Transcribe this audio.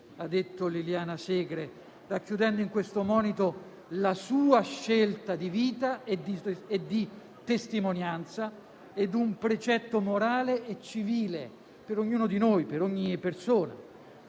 ha detto Liliana Segre, racchiudendo in questo monito la sua scelta di vita e di testimonianza ed un precetto morale e civile per ognuno di noi, per ogni persona.